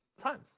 Times